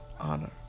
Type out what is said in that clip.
honor